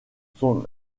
son